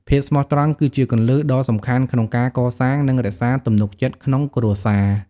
ភាពស្មោះត្រង់ គឺជាគ្រឹះដ៏សំខាន់ក្នុងការកសាង និងរក្សា ទំនុកចិត្ត ក្នុងគ្រួសារ។